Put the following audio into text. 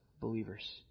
believers